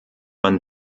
man